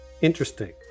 Interesting